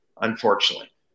unfortunately